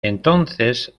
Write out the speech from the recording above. entonces